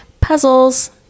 puzzles